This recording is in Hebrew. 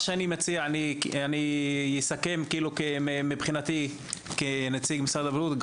אוריאל, אני אסכם מבחינתי כנציג משרד הבריאות.